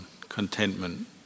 contentment